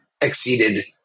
exceeded